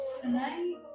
Tonight